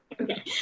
Okay